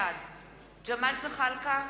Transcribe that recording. בעד ג'מאל זחאלקה,